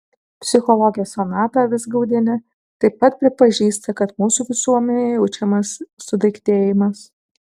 psichologė sonata vizgaudienė taip pat pripažįsta kad mūsų visuomenėje jaučiamas sudaiktėjimas